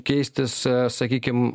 keistis sakykim